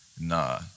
nah